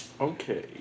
Okay